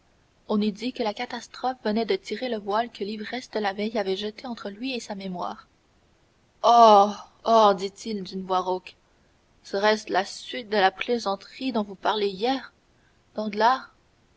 on eût dit que la catastrophe venait de tirer le voile que l'ivresse de la veille avait jeté entre lui et sa mémoire oh oh dit-il d'une voix rauque serait-ce la suite de la plaisanterie dont vous parliez hier